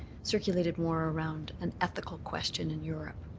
circulated more around an ethical question in europe.